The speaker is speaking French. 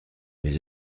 vais